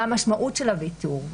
מה המשמעות של הוויתור.